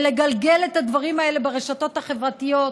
ולגלגל את הדברים האלה ברשתות החברתיות,